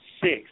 Six